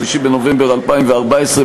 3 בנובמבר 2014,